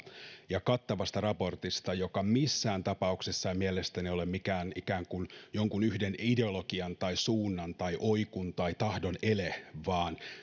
ja kattavasta raportista joka missään tapauksessa ei mielestäni ole mikään ikään kuin jonkun yhden ideologian tai suunnan tai oikun tai tahdon ele vaan